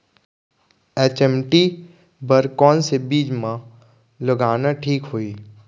HMT बर कौन से बीज मा लगाना ठीक होही?